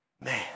Man